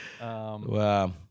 Wow